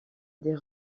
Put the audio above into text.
des